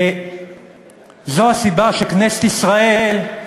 וזאת הסיבה שכנסת ישראל,